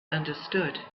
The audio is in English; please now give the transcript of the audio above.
understood